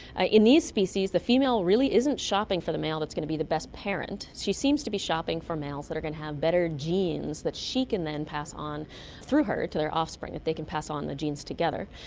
ah in these species the female really isn't shopping for the male that's going to be the best parent, she seems to be shopping for males that are going to have better genes that she can then pass on through her to the offspring, that they can pass on the genes together.